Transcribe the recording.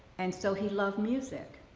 and so, he loved music.